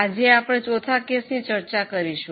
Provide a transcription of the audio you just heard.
આજે આપણે ચોથા કેસની ચર્ચા કરીશું